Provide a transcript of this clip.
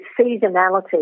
seasonality